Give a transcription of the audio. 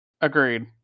Agreed